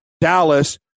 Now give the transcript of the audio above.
Dallas